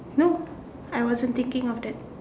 no I wasn't thinking of that